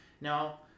Now